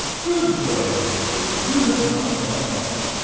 good boy! he answered. you have not gone wrong.